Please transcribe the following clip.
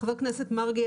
חבר הכנסת מרגי,